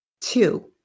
Two